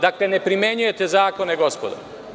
Dakle, ne primenjujete zakone, gospodo.